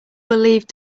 believed